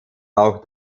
auch